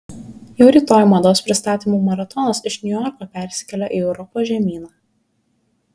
jau rytoj mados pristatymų maratonas iš niujorko persikelia į europos žemyną